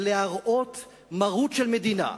ולהראות מרות של מדינה,